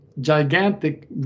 gigantic